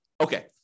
Okay